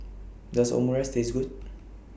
Does Omurice Taste Good